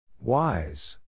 Wise